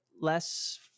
less